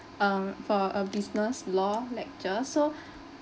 um for a business law lecture so